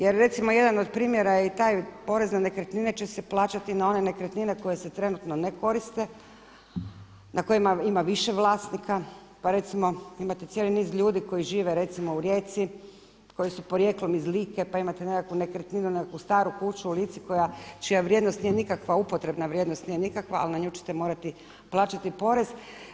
Jer, recimo, jedan od primjera je i taj, porez na nekretnine će se plaćati i na one nekretnine koje se trenutno ne koriste, na kojima ima više vlasnika, pa recimo, imate cijeli niz ljudi koji žive recimo u Rijeci, koji su porijeklom iz Like pa imate nekakvu nekretninu, nekakvu staru kuću u Lici čija vrijednost nije nikakva upotrebna vrijednost, nije nikakva, ali na nju ćete morati plaćati porez.